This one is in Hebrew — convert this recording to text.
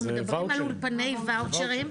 אנחנו מדברים על אולפני ואוצ'רים,